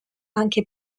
anche